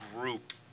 group